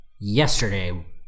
yesterday